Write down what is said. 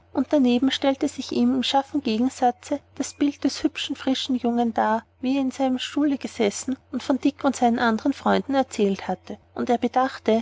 und daneben stellte sich ihm in scharfem gegensatze das bild des hübschen frischen jungen dar wie er in seinem stuhle gesessen und von dick und seinen andern freunden erzählt hatte und er bedachte